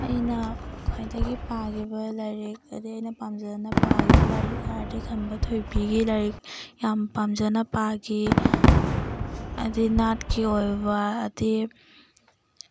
ꯑꯩꯅ ꯈ꯭ꯋꯥꯏꯗꯒꯤ ꯄꯤꯈꯤꯕ ꯂꯥꯏꯔꯤꯛ ꯈ꯭ꯋꯥꯏꯗꯒꯤ ꯑꯩꯅ ꯄꯥꯝꯖꯅ ꯄꯥꯈꯤꯕ ꯂꯥꯏꯔꯤꯛ ꯍꯥꯏꯔꯗꯤ ꯈꯝꯕ ꯊꯣꯏꯕꯤꯒꯤ ꯂꯥꯏꯔꯤꯛ ꯌꯥꯝ ꯄꯥꯝꯖꯅ ꯄꯥꯈꯤ ꯍꯥꯏꯗꯤ ꯅꯥꯠꯀꯤ ꯑꯣꯏꯕ ꯍꯥꯏꯗꯤ